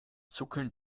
zuckeln